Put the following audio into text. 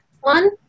one